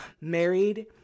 married